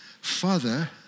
Father